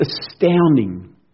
astounding